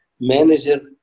Manager